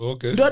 Okay